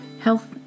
health